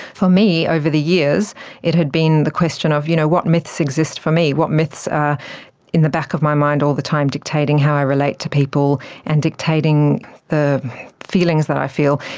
for me over the years it had been the question of you know what myths exist for me, what myths are in the back of my mind all the time, dictating how i relate to people and dictating the feelings that i feel.